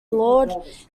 lord